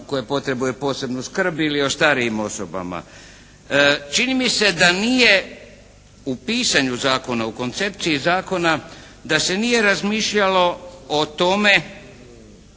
koje potrebuju posebnu skrb ili o starijim osobama. Čini mi se da nije u pisanju zakona, u koncepciji zakona da se nije razmišljalo o tome